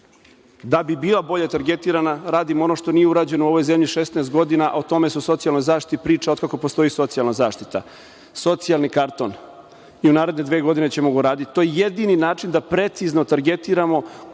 Da bi bila bolje targetirana radim ono što nije urađeno u ovoj zemlji 16 godina, a o tome se u socijalnoj zaštiti priča od kako postoji socijalna zaštita - socijalni karton. U naredne dve godine ćemo ga uraditi, to je jedini način da precizno targetiramo